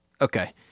okay